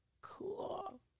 cool